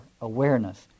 awareness